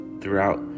throughout